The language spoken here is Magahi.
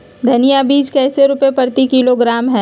धनिया बीज कैसे रुपए प्रति किलोग्राम है?